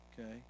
okay